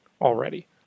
already